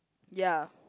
ya